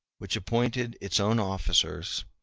which appointed its own officers,